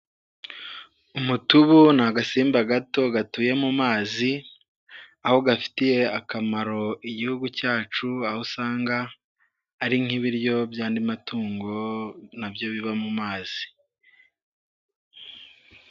Umutubu ni agasimba gato gatuye mu mazi, aho gafitiye akamaro igihugu cyacu, aho usanga ari nk'ibiryo by'andi matungo na byo biba mu mazi.